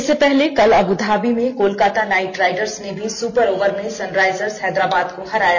इससे पहले कल अबुधाबी में कोलकाता नाइट राइडर्स ने भी सुपर ओवर में सनराइजर्स हैदराबाद को हराया